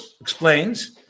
explains